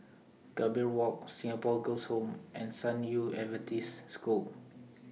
Gambir Walk Singapore Girls' Home and San Yu Adventist School